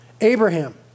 Abraham